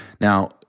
Now